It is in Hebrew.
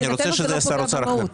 אני רוצה שזה יהיה שר אוצר אחר.